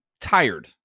tired